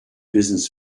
business